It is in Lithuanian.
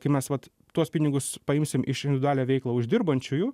kai mes vat tuos pinigus paimsim iš individualią veiklą uždirbančiųjų